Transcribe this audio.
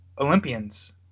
Olympians